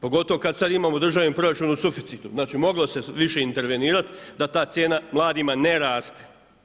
Pogotovo kada sada imamo državni proračun u suficitu, znači moglo se više intervenirati da ta cijena mladima ne raste.